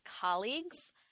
colleagues